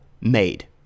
made